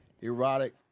erotic